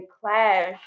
clash